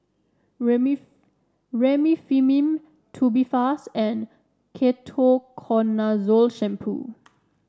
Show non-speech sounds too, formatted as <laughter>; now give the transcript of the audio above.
<unintelligible> Remifemin Tubifast and Ketoconazole Shampoo